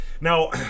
Now